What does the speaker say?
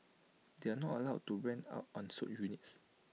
they are not allowed to rent out unsold units